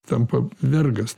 tampa vergas